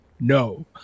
No